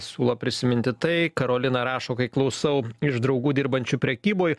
siūlo prisiminti tai karolina rašo kai klausau iš draugų dirbančių prekyboj